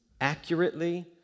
accurately